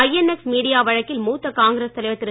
INX media வழக்கில் மூத்த காங்கிரஸ் தலைவர் திரு